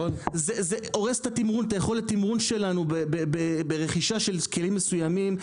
זה הורס את יכולת תמרון שלנו ברכישה של כלים מסוימים,